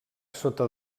sota